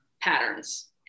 patterns